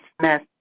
Smith